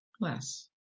less